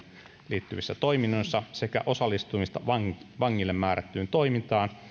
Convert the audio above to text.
liittyvissä toiminnoissa sekä osallistumista vangille määrättyyn toimintaan